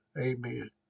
amen